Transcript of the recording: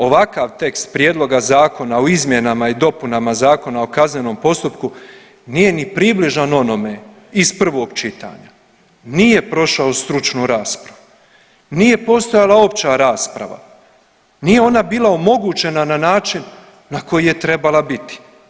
Ovakav tekst Prijedloga zakona o izmjenama i dopunama Zakona o kaznenom postupku nije ni približan onome iz prvog čitanja, nije prošao stručnu raspravu, nije postojala opća rasprava, nije ona bila omogućena na način na koji je trebala biti.